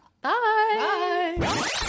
Bye